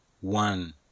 one